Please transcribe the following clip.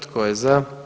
Tko je za?